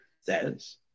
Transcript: says